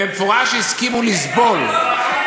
הם במפורש הסכימו לסבול.